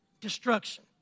destruction